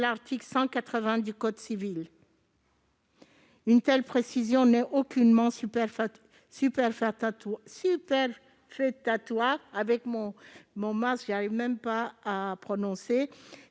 l'article 180 du code civil. Cette précision n'est aucunement superfétatoire,